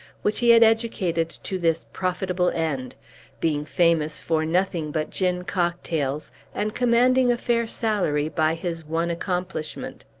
which he had educated to this profitable end being famous for nothing but gin-cocktails, and commanding a fair salary by his one accomplishment.